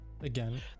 again